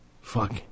Fuck